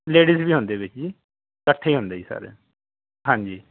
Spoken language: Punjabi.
ਲੇਡੀਜ ਵੀ ਹੁੰਦੇ ਵਿੱਚ ਜੀ ਇਕੱਠੇ ਹੁੰਦੇ ਜੀ ਸਾਰੇ ਹਾਂਜੀ